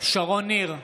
שרון ניר,